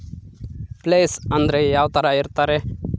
Place ಅಂದ್ರೆ ಯಾವ್ತರ ಇರ್ತಾರೆ?